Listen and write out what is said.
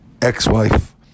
ex-wife